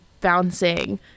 bouncing